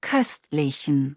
Köstlichen